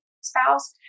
spouse